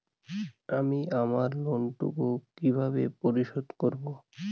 আমি আমার লোন টুকু কিভাবে পরিশোধ করব?